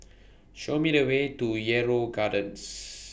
Show Me The Way to Yarrow Gardens